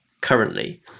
currently